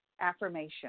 affirmation